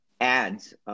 ads